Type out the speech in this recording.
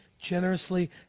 generously